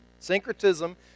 Syncretism